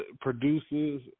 produces